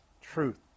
truth